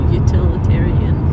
utilitarian